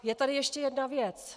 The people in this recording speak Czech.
Je tady ještě jedna věc.